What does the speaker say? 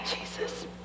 Jesus